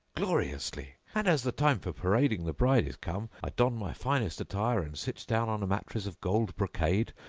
gloriously! and as the time for parading the bride is come, i don my finest attire and sit down on a mattress of gold brocade,